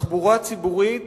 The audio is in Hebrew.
תחבורה ציבורית